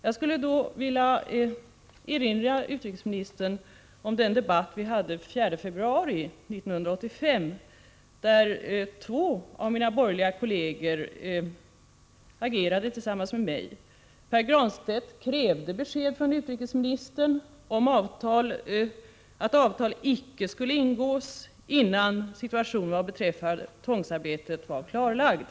Jag skulle då vilja erinra utrikesministern om den debatt som vi hade den 4 februari i år, där två av mina borgerliga kollegor agerade tillsammans med mig. Pär Granstedt krävde besked från utrikesministern om att avtal inte skulle ingås innan situationen beträffande tvångsarbete var klarlagd.